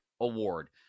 award